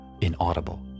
inaudible